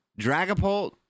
Dragapult